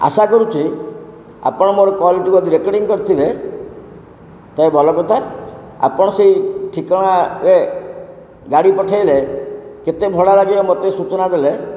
ଆଶା କରୁଛି ଆପଣ ମୋର କଲ୍ ଟିକୁ ଯଦି ରେକଡ଼ିଂ କରିଥିବେ ତ ଭଲକଥା ଆପଣ ସେଇ ଠିକଣାରେ ଗାଡ଼ି ପଠେଇଲେ କେତେ ଭଡ଼ା ଲାଗିବ ମତେ ସୂଚନା ଦେଲେ